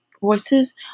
voices